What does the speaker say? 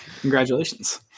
congratulations